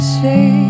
say